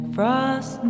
Frost